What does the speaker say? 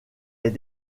est